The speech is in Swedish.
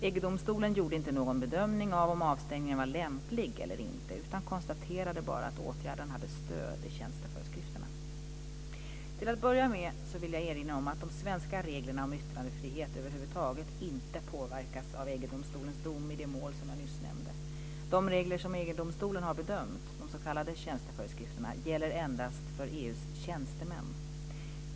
EG domstolen gjorde inte någon bedömning av om avstängningen var lämplig eller inte utan konstaterade bara att åtgärden hade stöd i tjänsteföreskrifterna. Till att börja med vill jag erinra om att de svenska reglerna om yttrandefrihet över huvud taget inte påverkas av EG-domstolens dom i det mål som jag nyss nämnde. De regler som EG-domstolen har bedömt, de s.k. tjänsteföreskrifterna, gäller endast för EU:s tjänstemän.